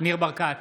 ניר ברקת,